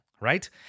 right